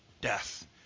death